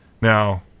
Now